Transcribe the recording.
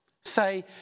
say